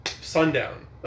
sundown